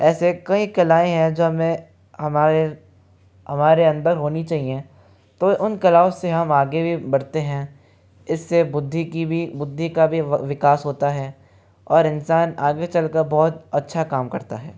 ऐसे कई कलाएं हैं जो हमें हमारे हमारे अंदर होनी चाहिए तो उन कलाओं से हम आगे भी बढ़ते हैं इससे बुद्धि की भी बुद्धि का भी व विकास होता है और इंसान आगे चलकर बहुत अच्छा काम करता है